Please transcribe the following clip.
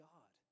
God